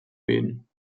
wen